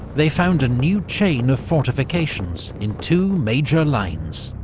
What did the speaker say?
they found a new chain of fortifications, in two major lines.